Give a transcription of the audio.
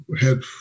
help